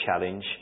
challenge